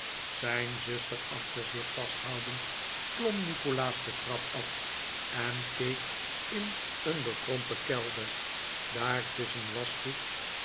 zijn zuster achter zich vasthoudend klom nikolaas de trap af en keek in een bekrompen kelder daar tusschen waschgoed